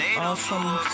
awesome